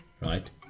right